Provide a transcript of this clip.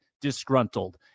disgruntled